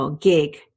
gig